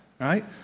right